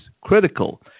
critical